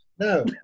No